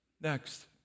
Next